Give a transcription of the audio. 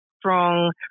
strong